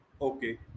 Okay